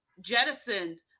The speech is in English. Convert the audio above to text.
jettisoned